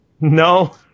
No